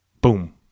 boom